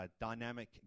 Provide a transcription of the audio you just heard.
dynamic